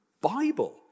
Bible